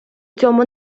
цьому